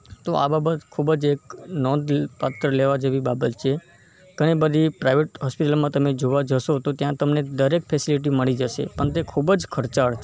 તો આ બાબત ખૂબ જ એક નોંધ લ પાત્ર લેવા જેવી બાબત છે ઘણી બધી પ્રાઇવેટ હોસ્પિટલમાં તમે જોવા જશો તો ત્યાં તમને દરેક ફૅસિલિટી મળી જશે પણ તે ખૂબ જ ખર્ચાળ છે